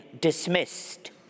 dismissed